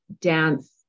dance